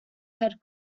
head